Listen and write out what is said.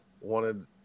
wanted